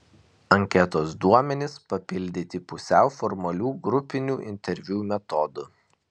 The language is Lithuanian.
anketos duomenys papildyti pusiau formalių grupinių interviu metodu